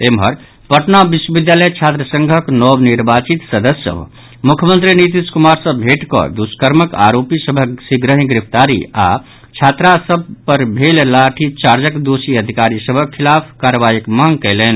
एम्हर पटना विश्वविद्यालय छात्र संघक नव निर्वाचित सदस्य सभ मुख्यमंत्री नीतीश कुमार सँ भेट कऽ दुष्कर्मक आरोपी सभक शीघ्रहि गिरफ्तारी आओर छात्रा सभ पर भेल लाठी चार्जक दोषी अधिकारी सभक खिलाफ कार्रवाईक मांग कयलनि